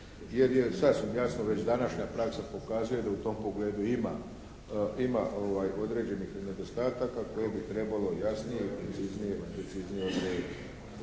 jer je sasvim jasno već današnja praksa pokazuje da u tom pogledu ima određenih nedostataka koje bi trebalo jasnije i preciznije odrediti.